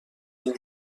این